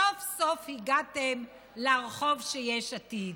סוף-סוף הגעתם לרחוב של יש עתיד.